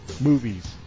movies